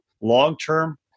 Long-term